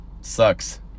Sucks